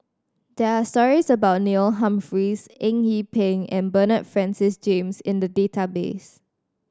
there are stories about Neil Humphreys Eng Yee Peng and Bernard Francis James in the database